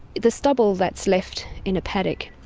the stubble that's left in a paddock,